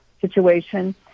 situation